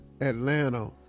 Atlanta